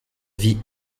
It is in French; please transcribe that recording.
vie